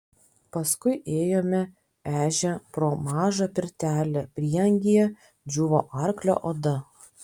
paskui ėjome ežia pro mažą pirtelę prieangyje džiūvo arklio oda